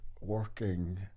working